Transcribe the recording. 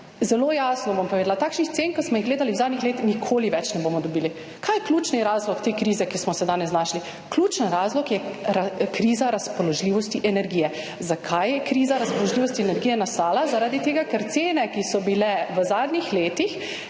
Zelo jasno bom povedala, takšnih cen, ki smo jih gledali v zadnjih letih, nikoli več ne bomo dobili. Kaj je ključni razlog te krize, ki smo se danes znašli? Ključni razlog je kriza razpoložljivosti energije. Zakaj je kriza razpoložljivosti energije nastala? Zaradi tega, ker cene, ki so bile v zadnjih letih,